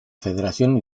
federación